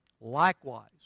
Likewise